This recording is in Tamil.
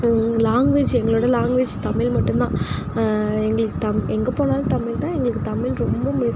லாங்வேஜ் எங்களோட லாங்வேஜ் தமிழ் மட்டும்தான் எங்களுக்கு த எங்கே போனாலும் தமிழ்தான் எங்களுக்கு தமிழ் ரொம்ப